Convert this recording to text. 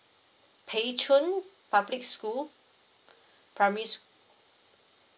pei chun public school primary